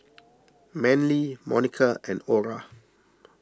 Manly Monica and Ora